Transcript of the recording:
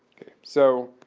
so,